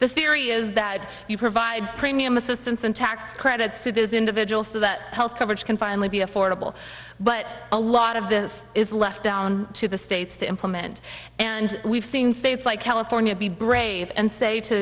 the theory is that you provide premium assistance and tax credits to those individuals that health coverage can finally be a for but a lot of this is left down to the states to implement and we've seen states like california be brave and say to